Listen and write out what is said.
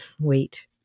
wait